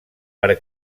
per